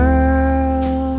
Girl